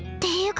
date!